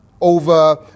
over